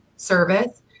service